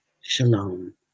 Shalom